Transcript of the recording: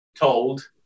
told